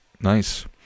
Nice